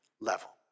level